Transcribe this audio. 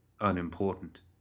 Unimportant